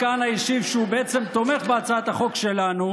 שהוא בעצם תומך בהצעת החוק שלנו,